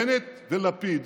בנט ולפיד